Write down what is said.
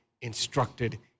instructed